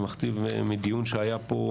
אני מקריא מדיון שהיה פה,